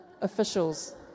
officials